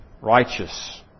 righteous